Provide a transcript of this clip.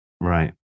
Right